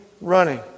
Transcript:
running